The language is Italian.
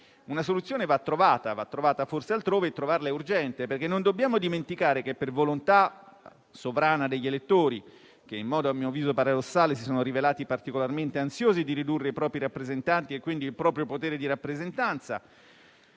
Una soluzione va trovata, forse altrove, e trovarla è urgente. Non dobbiamo dimenticare che, per volontà sovrana degli elettori - che in modo, a mio avviso, paradossale si sono rivelati particolarmente ansiosi di ridurre i propri rappresentanti e quindi il proprio potere di rappresentanza,